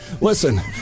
Listen